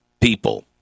people